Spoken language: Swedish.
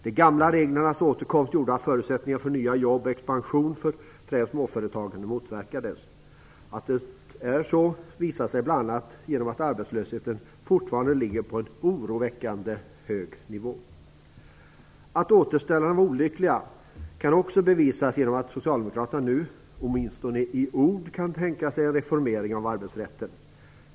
De gamla reglernas återkomst gjorde att förutsättningarna för nya jobb och expansion för främst småföretagen motverkades. Att det är så visar sig bl.a. genom att arbetslösheten fortfarande ligger på en oroväckande hög nivå. Att "återställarna" var olyckliga kan också bevisas genom att Socialdemokraterna nu, åtminstone i ord, kan tänka sig en reformering av arbetsrätten.